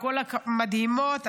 מדהימות,